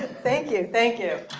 and thank you, thank you.